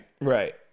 Right